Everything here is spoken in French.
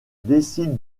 décide